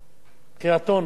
קריית-אונו, "בית נועם".